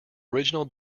original